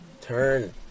Turn